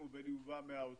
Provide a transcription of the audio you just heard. בין אם הוא בא מהאוצר,